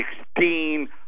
sixteen